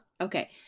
Okay